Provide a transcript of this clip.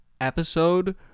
episode